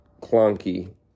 clunky